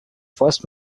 first